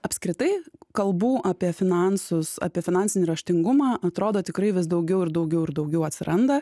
apskritai kalbų apie finansus apie finansinį raštingumą atrodo tikrai vis daugiau ir daugiau ir daugiau atsiranda